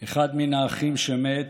"אחד מן האחים שמת,